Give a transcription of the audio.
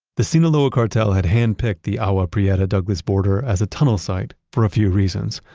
the sinaloa cartel had hand-picked the agua prieta-douglas border as a tunnel site for a few reasons.